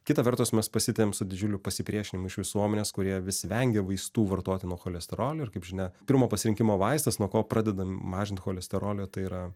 kita vertus mes pasitėm su didžiuliu pasipriešinimu iš visuomenės kurie vis vengia vaistų vartoti nuo cholesterolio ir kaip žinia pirmo pasirinkimo vaistas nuo ko pradedam mažinti cholesterolio tai yra